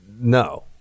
No